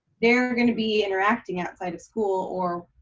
they're gonna be interacting outside of school or